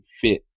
fit